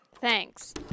Thanks